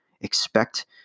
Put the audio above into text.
expect